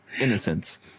Innocence